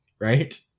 Right